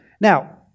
Now